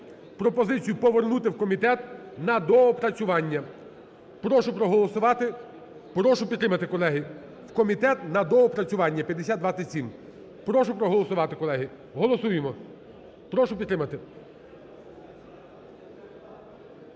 пропозицію повернути в комітет на доопрацювання. Прошу проголосувати, прошу підтримати, колеги, в комітет на доопрацювання 5027. Прошу проголосувати, колеги. Голосуємо, прошу підтримати.